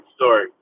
story